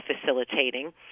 facilitating